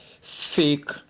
fake